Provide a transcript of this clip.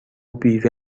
بیوه